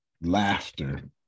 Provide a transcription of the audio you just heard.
laughter